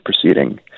proceeding